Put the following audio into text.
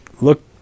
look